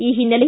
ಈ ಹಿನ್ನೆಲೆ